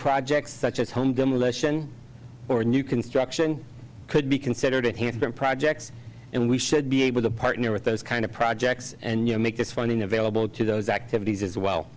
projects such as home demolition or new construction could be considered it has been projects and we should be able to partner with those kind of projects and make this funding available to those activities as well